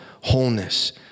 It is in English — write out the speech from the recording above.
wholeness